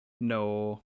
No